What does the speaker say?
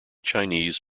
chinese